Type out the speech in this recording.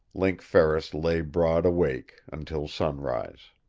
link ferris lay broad awake until sunrise.